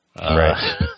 Right